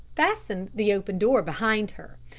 fastened the open door behind her,